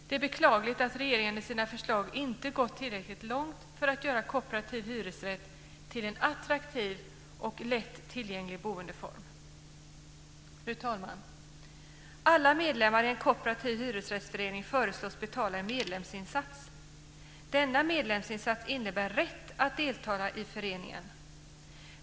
Det är beklagligt att regeringen i sina förslag inte gått tillräckligt långt för att göra kooperativ hyresrätt till en attraktiv och lätt tillgänglig boendeform. Fru talman! Alla medlemmar i en kooperativ hyresrättsförening föreslås betala en medlemsinsats. Denna medlemsinsats innebär rätt att delta i föreningen.